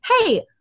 hey